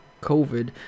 COVID